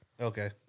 Okay